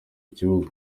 ikibuga